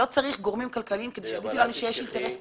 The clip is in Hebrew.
לא צריך גורמים כלכליים כדי שיגידו לנו שיש אינטרס כלכלי.